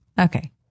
Okay